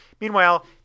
Meanwhile